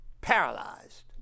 paralyzed